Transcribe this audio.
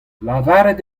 lavaret